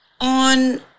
on